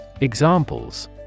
Examples